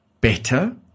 better